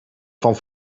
van